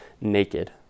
naked